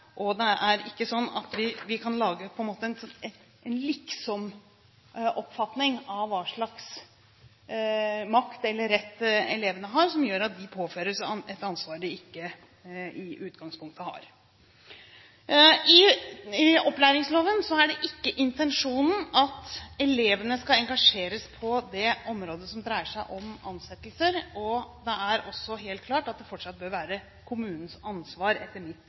kan lage en «liksomoppfatning» av hva slags makt eller rett elevene har, som gjør at de påføres et ansvar de i utgangspunktet ikke har. I opplæringsloven er det ikke intensjonen at elevene skal engasjeres på det området som dreier seg om ansettelser. Det er etter min oppfatning også helt klart at det fortsatt bør være kommunens ansvar.